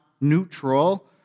neutral